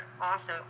awesome